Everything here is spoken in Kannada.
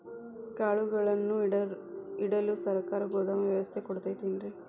ಕಾಳುಗಳನ್ನುಇಡಲು ಸರಕಾರ ಗೋದಾಮು ವ್ಯವಸ್ಥೆ ಕೊಡತೈತೇನ್ರಿ?